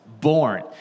born